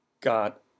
got